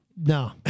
no